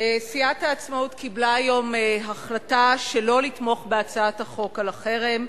סיעת העצמאות קיבלה היום החלטה שלא לתמוך בהצעת החוק על החרם.